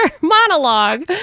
monologue